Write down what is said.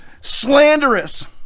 slanderous